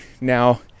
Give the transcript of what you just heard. Now